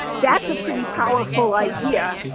that's a pretty powerful idea,